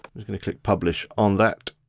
just gonna click publish on that.